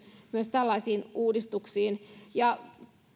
tällaisiin uudistuksiin ja